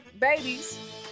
babies